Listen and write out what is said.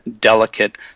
delicate